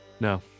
No